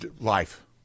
life